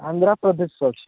ଆନ୍ଧ୍ରପ୍ରଦେଶରେ ଅଛି